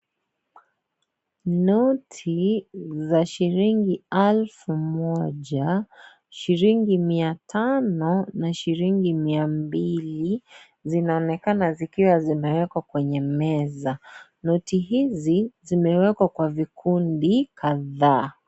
Noti za shilingi elfu moja, shilingi mia tano na shilingi mia mbili. Zinaonekana zikiwa zimewekwa kwenye meza. Noti hizi zimewekwa kwa vikundi kadhaa.